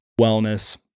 wellness